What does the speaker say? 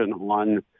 on